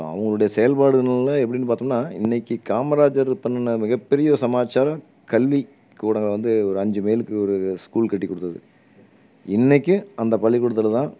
இப்போ அவங்களுடைய செயல்பாடுகள்னால் எப்படினு பார்த்தோம்னா இன்றைக்கி காமராஜர் பண்ணின மிகப்பெரிய சமாச்சாரம் கல்வி கூடங்கள் வந்து ஒரு அஞ்சு மைலுக்கு ஒரு ஸ்கூல் கட்டி கொடுத்தது இன்றைக்கும் அந்த பள்ளி கூடத்தில் தான்